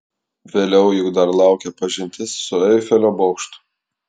vėliau juk dar laukia pažintis su eifelio bokštu